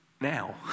now